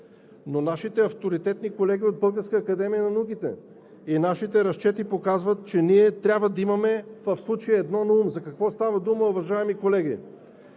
но нашите авторитетни колеги от Българската академия на науките и нашите разчети показват, че ние трябва да имаме в случая едно на ум. За какво става дума, уважаеми колеги?